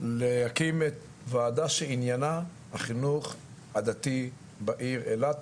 להקים את ועדה שעניינה החינוך הדתי בעיר אילת,